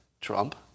Trump